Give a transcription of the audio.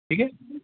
ठीक आहे